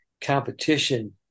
competition